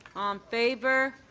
favor.